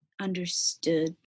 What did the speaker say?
understood